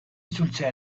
itzultzea